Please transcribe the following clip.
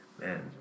Man